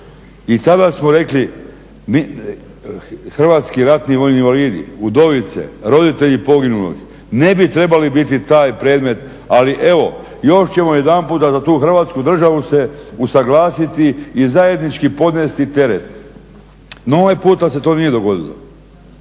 I tada smo rekli, HRVI, udovice, roditelji poginulih ne bi trebali biti taj predmet ali evo još ćemo jedanputa za tu Hrvatsku državu se usuglasiti i zajednički podnesti teret. No ovaj puta se to nije dogodilo.